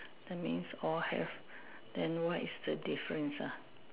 that means all have then what is the difference ah